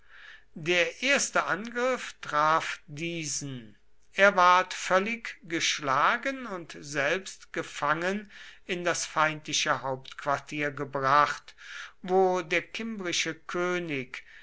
der erste angriff traf diesen er ward völlig geschlagen und selbst gefangen in das feindliche hauptquartier gebracht wo der kimbrische könig